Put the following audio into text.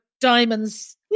diamonds